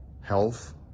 health